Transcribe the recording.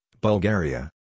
Bulgaria